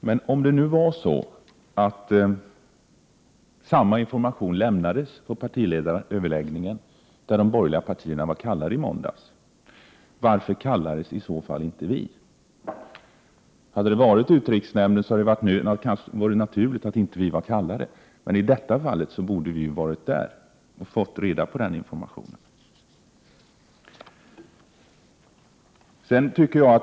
Herr talman! Om samma information lämnades på partiledaröverläggningen i måndags dit de borgerliga partierna var kallade, varför kallades i så fall inte vi? Hade det varit ett utrikeshämndssammanträde hade det varit naturligt att vi inte var kallade. I detta fall borde vi emellertid ha varit där och fått information.